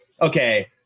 okay